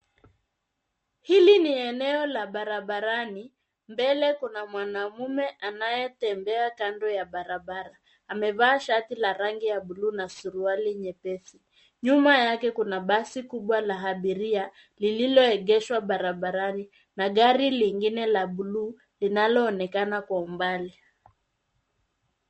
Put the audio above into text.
Hili ni eneo la barabarani. Mbele kuna mwanamume anayetembea kando ya barabara. Amevaa shati la rangi ya buluu na suruali nyepesi. Nyuma yake kuna basi kubwa la abiria lililoegeshwa barabarani na gari lingine la buluu linaloonekana kwa umbali.